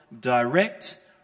direct